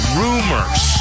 rumors